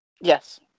Yes